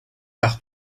par